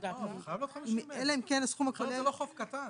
זה חייב להיות 50,000, אחרת זה לא חוב קטן.